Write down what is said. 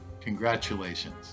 Congratulations